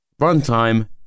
Runtime